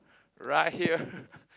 right here